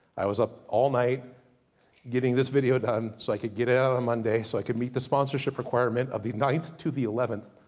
i was up all night getting this video done, so i could get it out on monday, so i could meet the sponsorship requirement. of the ninth to the eleventh.